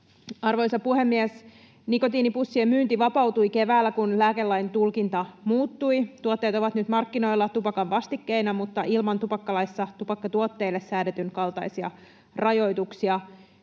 Arvoisa puhemies! Nikotiinipussien myynti vapautui keväällä, kun lääkelain tulkinta muuttui. Tuotteet ovat nyt markkinoilla tupakan vastikkeina mutta ilman tupakkalaissa tupakkatuotteille säädetyn kaltaisia rajoituksia.